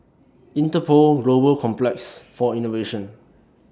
Interpol Global Complex For Innovation